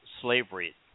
slavery